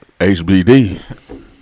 HBD